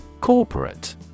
Corporate